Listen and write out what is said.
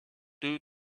due